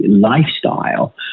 lifestyle